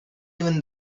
even